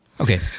Okay